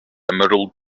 emerald